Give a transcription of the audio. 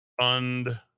fund